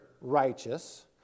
righteous